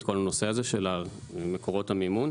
את כל הנושא הזה של מקורות המימון,